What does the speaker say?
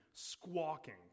squawking